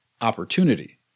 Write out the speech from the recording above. opportunity